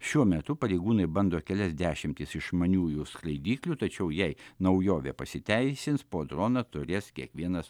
šiuo metu pareigūnai bando kelias dešimtis išmaniųjų skraidyklių tačiau jei naujovė pasiteisins po droną turės kiekvienas